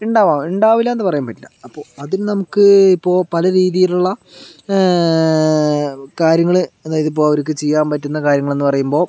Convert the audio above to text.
ഉണ്ടാവാം ഉണ്ടാവൂല്ലാന്ന് പറയാൻ പറ്റില്ല അപ്പോൾ അതിന് നമുക്ക് ഇപ്പോൾ പല രീതിയിലുള്ള കാര്യങ്ങൾ അതായത് ഇപ്പോൾ അവർക്ക് ചെയ്യാൻ പറ്റുന്ന കാര്യങ്ങളെന്ന് പറയുമ്പോൾ